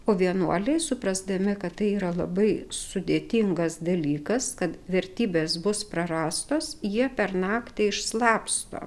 o vienuoliai suprasdami kad tai yra labai sudėtingas dalykas kad vertybės bus prarastos jie per naktį išslapsto